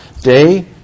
day